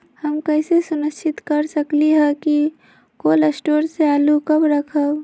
हम कैसे सुनिश्चित कर सकली ह कि कोल शटोर से आलू कब रखब?